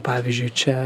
pavyzdžiui čia